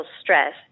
stress